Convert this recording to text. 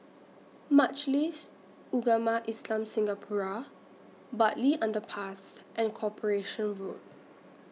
Majlis Ugama Islam Singapura Bartley Underpass and Corporation Road